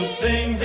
sing